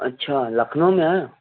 अच्छा लखनऊ में आहे